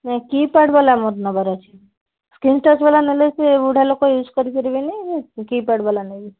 ନା keypad ବାଲା ମୋର ନେବାର ଅଛି ସ୍କ୍ରିନ୍ ଟଚ୍ ବାଲା ନେଲେ ସେ ବୁଢ଼ା ଲୋକ ୟ୍ୟୁଜ୍ କରିପାରିବେନି କୀ ପ୍ୟାଡ଼୍ ବାଲା ନେବି